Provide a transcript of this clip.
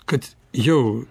kad jau